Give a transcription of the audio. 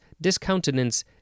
discountenance